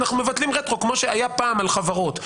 אנחנו מבטלים רטרואקטיבית כמו שהיה פעם על חברות?